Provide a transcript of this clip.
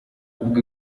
ubwo